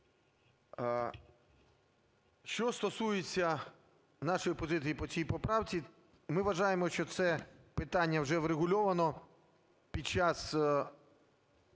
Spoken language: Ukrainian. Що стосується нашої позиції по цій поправці, ми вважаємо, що це питання вже врегульоване під час